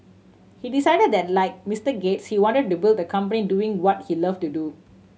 he decided that like Mister Gates he wanted to build a company doing what he loved to do